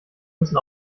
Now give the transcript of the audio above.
müssen